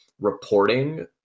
reporting